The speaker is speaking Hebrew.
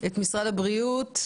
את משרד הבריאות,